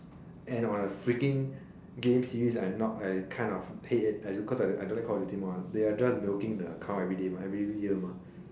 and on a freaking game series I not I kind of hate because I don't like call of duty mah they are just milking the cow everyday mah every year mah